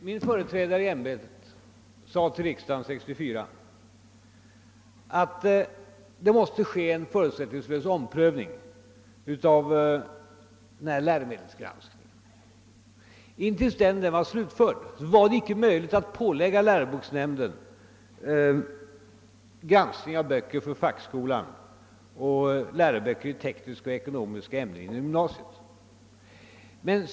Herr talman! år 1964 sade min företrädare i ämbetet till riksdagen att det måste göras en förutsättningslös omprövning av Jläromedelsgranskningen. Innan den var slutförd var det icke möjligt att pålägga läroboksnämnden någon granskning av läroböcker för fackskolan och i tekniska och ekonomiska ämnen för gymnasiet.